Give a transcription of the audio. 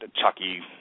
chucky